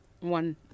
one